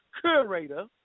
curator